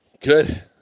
Good